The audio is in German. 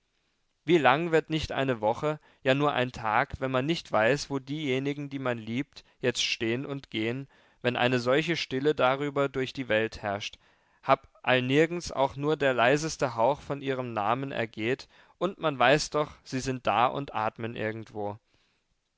wie lang wird nicht eine woche ja nur ein tag wenn man nicht weiß wo diejenigen die man liebt jetzt stehn und gehn wenn eine solche stille darüber durch die welt herrscht hab allnirgends auch nur der leiseste hauch von ihrem namen ergeht und man weiß doch sie sind da und atmen irgendwo